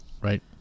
right